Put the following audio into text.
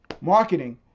Marketing